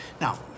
Now